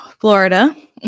Florida